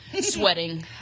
Sweating